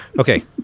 Okay